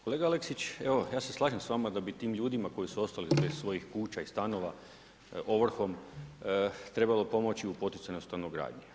Kolega Alekisić ja se slažem s vama da bi tim ljudima, koji su ostali bez svojih kuća i stanova, ovrhom trebalo pomoći u poticanju stanogradnji.